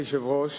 אדוני היושב-ראש,